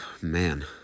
man